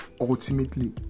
ultimately